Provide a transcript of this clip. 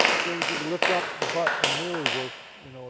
things you can lift up the butt and really work, you know,